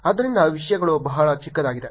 ಆದ್ದರಿಂದ ವಿಷಯಗಳು ಬಹಳ ಚಿಕ್ಕದಾಗಿದೆ